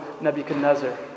Nebuchadnezzar